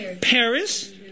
Paris